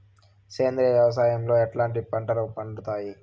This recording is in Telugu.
సేంద్రియ వ్యవసాయం లో ఎట్లాంటి పంటలు పండుతాయి